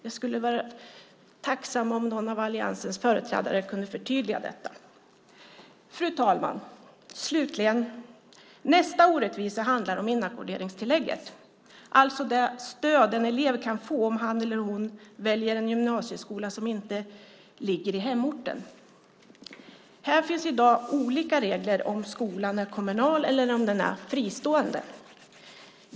Jag skulle vara tacksam om någon av alliansens företrädare kunde förtydliga detta. Fru talman! Nästa orättvisa handlar om inackorderingstillägget, alltså det stöd en elev kan få om han eller hon väljer en gymnasieskola som inte ligger i hemorten. Här finns i dag olika regler beroende på om skolan är kommunal eller om den är fristående.